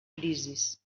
crisis